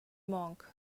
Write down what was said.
monk